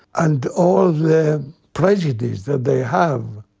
and all the prejudice that they have,